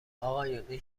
اقایون، این